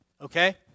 okay